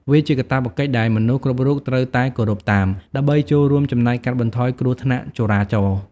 វាជាកាតព្វកិច្ចដែលមនុស្សគ្រប់រូបត្រូវតែគោរពតាម ដើម្បីចូលរួមចំណែកកាត់បន្ថយគ្រោះថ្នាក់ចរាចរណ៍។